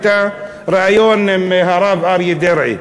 ריאיון עם הרב אריה דרעי.